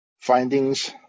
Findings